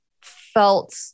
felt